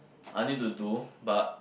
I need to do but